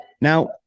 now